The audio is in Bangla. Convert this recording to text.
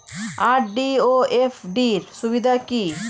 আর.ডি ও এফ.ডি র সুবিধা কি?